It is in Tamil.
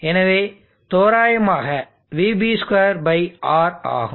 எனவே தோராயமாக VB2R ஆகும்